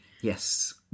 Yes